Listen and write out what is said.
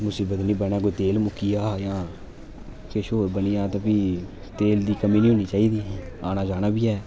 मुसीबत निं बनै कोई तेल मुक्की जा जां किश होर बनी जा ते फ्ही तेल दी कमी निं होनी चाही दी आना जाना बी ऐ